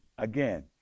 again